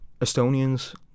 Estonians